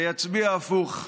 ויצביע הפוך.